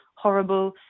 horrible